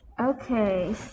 okay